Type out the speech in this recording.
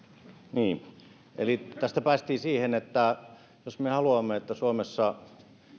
niin eli tästä päästiin siihen että jos me haluamme että suomessa